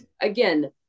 again